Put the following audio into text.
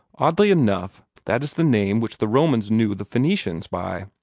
oddly enough, that is the name which the romans knew the phoenicians by,